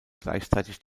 gleichzeitig